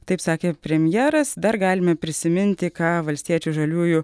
taip sakė premjeras dar galime prisiminti ką valstiečių žaliųjų